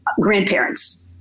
grandparents